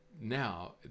now